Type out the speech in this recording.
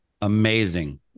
amazing